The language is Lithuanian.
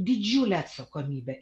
didžiulę atsakomybę